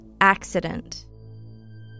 accident